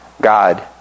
God